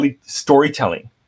storytelling